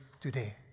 today